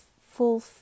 full